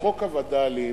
חוק הווד"לים,